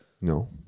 No